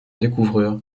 découvreur